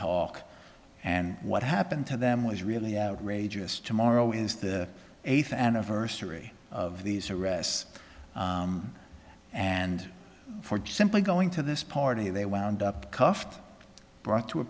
talk and what happened to them was really outrageous tomorrow is the eighth anniversary of these arrests and for just simply going to this party they wound up cuffed brought to a